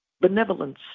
benevolence